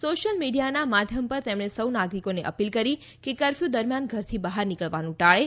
social મીડિયાના માધ્યમ પર તેમણે સૌ નાગરિકોને અપીલ કરી કે કરફ્યૂ દરમિયાન ઘરેથી બહાર નીકળવાનું ટાળે